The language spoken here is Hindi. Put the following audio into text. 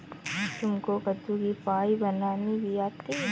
तुमको कद्दू की पाई बनानी भी आती है?